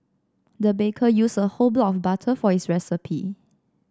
the baker used a whole block of butter for this recipe